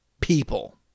people